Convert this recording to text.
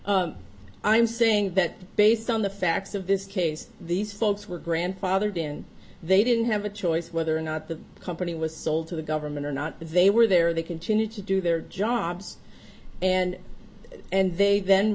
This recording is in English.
the i'm saying that based on the facts of this case these folks were grandfathered in they didn't have a choice whether or not the company was sold to the government or not they were there they continued to do their jobs and and they then